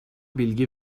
bilgi